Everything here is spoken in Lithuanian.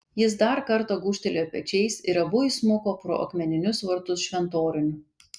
jis dar kartą gūžtelėjo pečiais ir abu įsmuko pro akmeninius vartus šventoriun